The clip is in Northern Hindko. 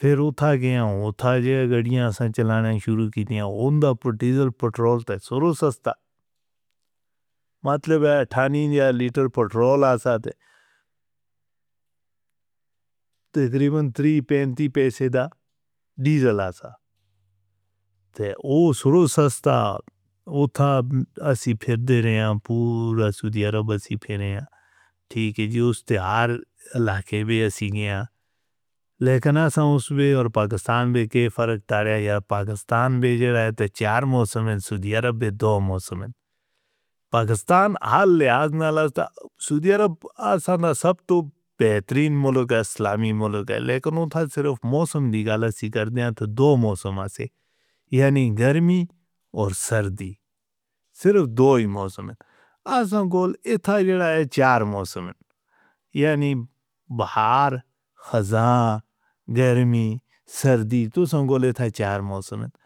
پھر اُٹھا گیا اوہ اُٹھا گیا گھڑیاں سے چلانا شروع کی دِیا اون دی ڈیزل، پیٹرول تے سورو، سستا لیٹر پیٹرول۔ تیتریں تین سو پینتی پیسے دا ڈیزل آسا تے اوہ سُراں سستا اوہ تھا اسی پھیر دے ریا پورا ٹھیک ہے جی اُس تیار علاقے میں۔ لکھنا سانسبے اور پاکستان میں کے فرق تارے یا پاکستان تو چار موسم ہے۔ سعودی عرب ہے، دو موسم ہے پاکستان، سعودی عرب۔ آسا نہ سب تو بہترین اسلامی لکھنا تھا صرف موسم بیگالا سے کر دِیا تو دو موسم ایسے۔ یعنی گرمی اور سردی صرف دو ہی موسم ہے چار موسم ہے یعنی باہر کھاجا۔ گرمی سردی تو سمجھلے تھا چار موسم ہے۔